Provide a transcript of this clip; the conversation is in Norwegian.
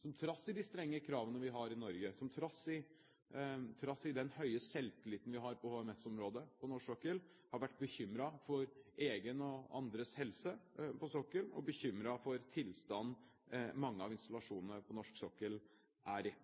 som trass i de strenge kravene vi har i Norge, som trass i den høye selvtilliten vi har på HMS-området på norsk sokkel, har vært bekymret for egen og andres helse, og bekymret for tilstanden mange av installasjonene på norsk sokkel er i.